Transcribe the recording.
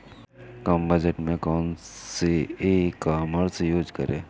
कम budget में कौन सी ई कॉमर्स यूज़ करें?